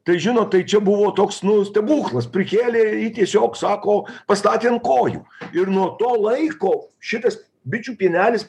tai žinot tai čia buvo toks nu stebuklas prikėlė jį tiesiog sako pastatė ant kojų ir nuo to laiko šitas bičių pienelis